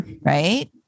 Right